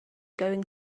going